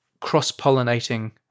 cross-pollinating